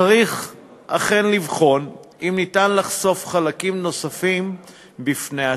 צריך אכן לבחון אם ניתן לחשוף חלקים נוספים בפני הציבור,